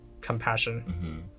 compassion